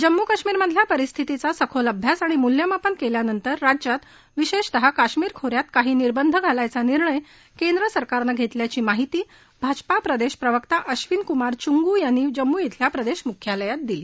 जम्मू काश्मीरमधल्या परिस्थीतीचा सखोल अभ्यास आणि मुल्य मापन केल्यानंतर राज्यात विशेषतः काश्मीर खो यात काही निर्बंध घालायचा निर्णय केंद्र सरकारनं घेतल्याची माहिती भाजपा प्रदेश प्रवक्ता अश्विन कुमार चुंगू यांनी जम्मू शेल्या प्रदेश मुख्यालयात दिली